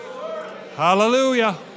Hallelujah